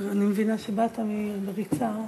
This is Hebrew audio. אני מבינה שבאת בריצה.